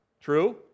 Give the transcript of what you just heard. True